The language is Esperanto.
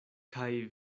kaj